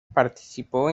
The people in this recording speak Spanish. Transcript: participó